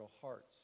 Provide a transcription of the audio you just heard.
hearts